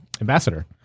ambassador